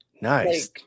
Nice